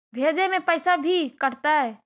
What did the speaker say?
भेजे में पैसा भी कटतै?